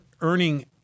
earning